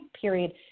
period